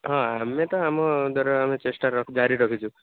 ହଁ ଆମେ ତ ଆମ ଦ୍ଵାରା ଆମେ ଚେଷ୍ଟା ରଖୁ ଜାରି ରଖିଛୁ